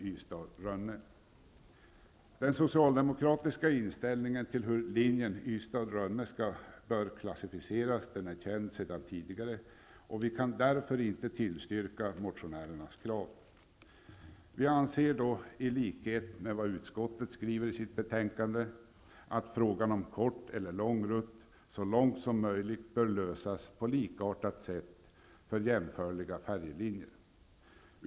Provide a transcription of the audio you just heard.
Ystad--Rönne bör klasificeras är känd sedan tidigare. Vi kan därför inte tillstyrka motionärernas krav. Vi anser dock, i likhet med vad utskotet skriver i sitt betänkande, att frågan om kort eller lång rutt så långt möjligt bör lösas på likartat sätt för jämförliga färjelinjer.